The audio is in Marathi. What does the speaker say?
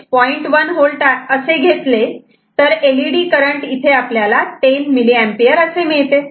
1V असे घेतले तर एलईडी करंट इथे आपल्याला 10 mA असे मिळते अशाप्रकारे हे कॅल्क्युलेट केले आहे